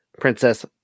Princess